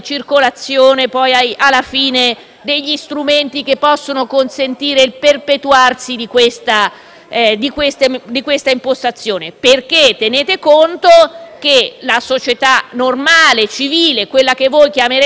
strumenti che possono consentire il perpetuarsi di questa impostazione. Tenete conto che la società civile, quella che chiamereste semplicemente il popolo,